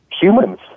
humans